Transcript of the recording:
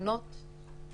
שיקול דעת באמצע,